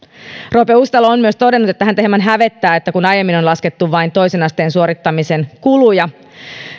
roope uusitalo on myös todennut että häntä hieman hävettää että kun aiemmin on laskettu vain toisen asteen suorittamisen kuluja